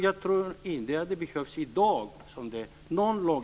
Jag tror inte att det behövs någon lagändring i dag.